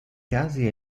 casi